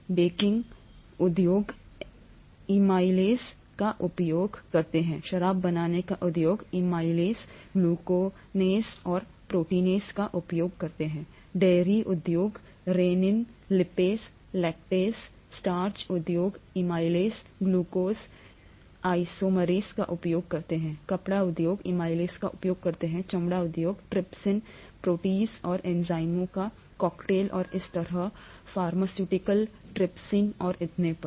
baking उद्योग amylase का उपयोग करता हैशराब बनाने का उद्योग एमाइलेज ग्लूकेनेस और प्रोटीज़ का उपयोग करता है डेयरी उद्योग रेनिन लिपेस लैक्टेसस्टार्च उद्योग एमाइलेज ग्लूकोज आइसोमेरेज़ का उपयोग करता है कपड़ा उद्योग एमाइलेज का उपयोग करता हैचमड़ा उद्योग ट्रिप्सिन प्रोटीज और एंजाइमों का कॉकटेल और इसी तरहफार्मास्यूटिकल्स ट्रिप्सिन और इतने पर ठीक है